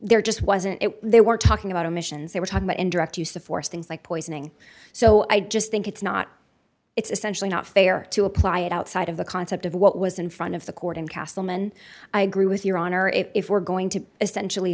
there just wasn't it they were talking about emissions they were talking about indirect use of force things like poisoning so i just think it's not it's essentially not fair to apply it outside of the concept of what was in front of the court in castleman i agree with your honor if we're going to essentially